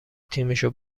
تیمشو